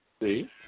See